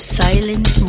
silent